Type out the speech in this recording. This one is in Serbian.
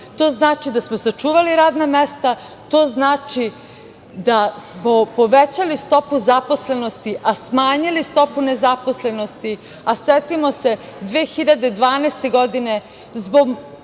to znači da smo sačuvali radna mesta, to znači da smo povećali stopu zaposlenosti, a smanjili stopu nezaposlenosti, a setimo se 2012. godine zbog